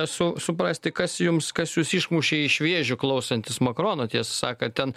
su suprasti kas jums kas jus išmušė iš vėžių klausantis makrono tiesą sakant ten